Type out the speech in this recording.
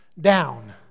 down